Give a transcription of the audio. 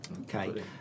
Okay